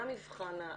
מה המבחן,